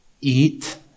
eat